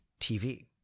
TV